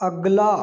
अगला